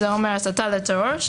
זה אומר הסתה לטרור,